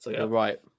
right